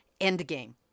endgame